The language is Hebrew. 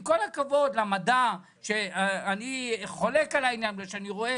עם כל הכבוד למדע ואני חולק על העניין הזה שאני רואה